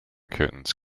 curtains